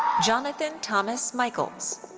jonathan thomas mickels.